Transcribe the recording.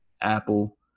apple